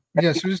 yes